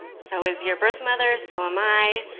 so is your birth mother, so am i.